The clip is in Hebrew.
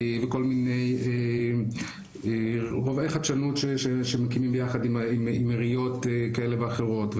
וכל מיני רובעי חדשנות שמקימים יחד עם עיריות כאלה ואחרות,